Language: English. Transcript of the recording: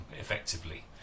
effectively